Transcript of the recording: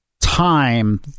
Time